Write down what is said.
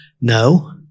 No